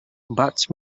vaig